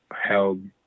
held